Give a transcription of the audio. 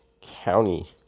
County